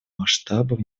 масштабов